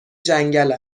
جنگل